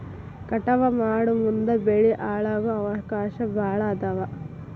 ಕಟಾವ ಮಾಡುಮುಂದ ಬೆಳಿ ಹಾಳಾಗು ಅವಕಾಶಾ ಭಾಳ ಅದಾವ